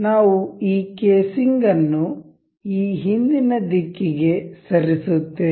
ನಾವು ಈ ಕೇಸಿಂಗ್ ಅನ್ನು ಈ ಹಿಂದಿನ ದಿಕ್ಕಿಗೆ ಸರಿಸುತ್ತೇವೆ